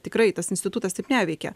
tikrai tas institutas taip neveikia